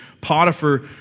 Potiphar